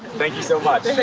thank you so much.